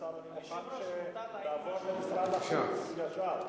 אדוני השר, אני מוכן שתעבור למשרד החוץ ישר.